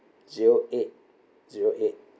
zero eight zero eight